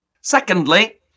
Secondly